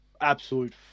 absolute